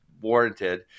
warranted